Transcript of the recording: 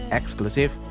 exclusive